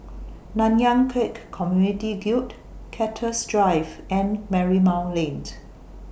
Nanyang Khek Community Guild Cactus Drive and Marymount Lane